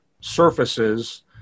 surfaces